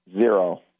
Zero